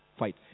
fight